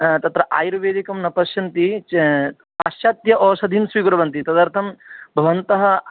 तत्र आयुर्वेदिकं न पश्यन्ति च् पाश्चात्य औषधिं स्वीकुर्वन्ति तदर्थं भवन्तः